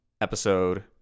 episode